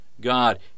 God